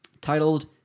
titled